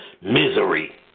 misery